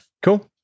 Cool